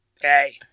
Hey